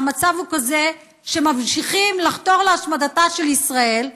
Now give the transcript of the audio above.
המצב הוא כזה שממשיכים לחתור להשמדתה של ישראל,